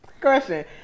Question